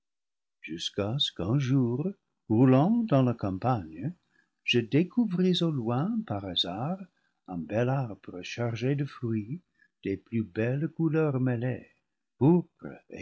jusqu'à ce qu'un jour roulant dans la campagne je découvris au loin par hasard un bel arbre chargé de fruits des plus belles couleurs mêlées